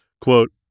Quote